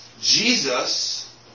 Jesus